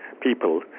people